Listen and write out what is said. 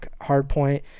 Hardpoint